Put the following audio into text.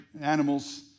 animals